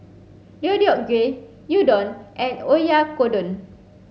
Deodeok Gui Udon and Oyakodon